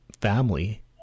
family